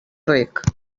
reg